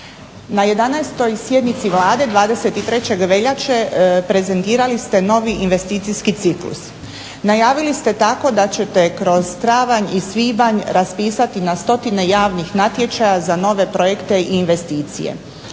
Na 11. sjednici vlade 23.veljače prezentirali ste novi investicijski ciklus. Najavili ste tako da ćete kroz travanj i svibanj raspisati na stotine javnih natječaja za nove projekte i investicije